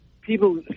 People